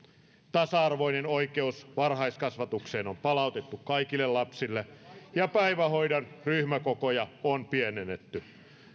tasa arvoinen oikeus varhaiskasvatukseen on palautettu kaikille lapsille ja päivähoidon ryhmäkokoja on pienennetty